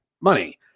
money